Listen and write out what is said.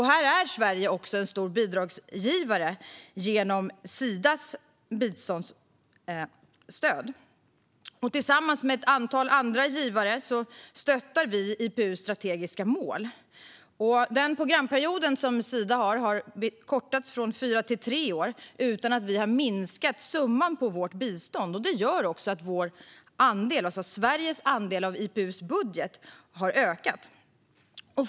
Sverige är här en stor bidragsgivare genom Sidas biståndsstöd. Tillsammans med ett antal andra givare stöttar vi IPU:s strategiska mål. Eftersom Sidas programperiod har kortats från fyra till tre år utan att Sverige har minskat sin biståndssumma har Sveriges andel av IPU:s budget ökat.